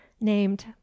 named